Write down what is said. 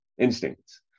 instincts